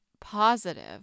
positive